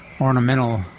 ornamental